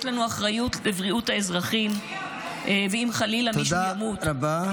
יש לנו אחריות לבריאות האזרחים --- תודה רבה.